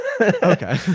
Okay